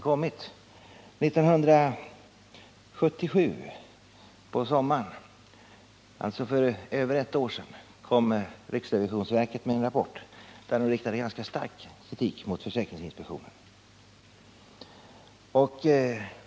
På sommaren 1977, alltså för över ett år sedan, riktade riksrevisionsverket i en rapport ganska stark kritik mot försäkringsinspektionen.